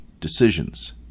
decisions